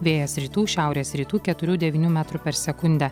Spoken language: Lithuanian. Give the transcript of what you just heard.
vėjas rytų šiaurės rytų keturių devynių metrų per sekundę